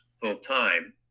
full-time